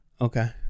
Okay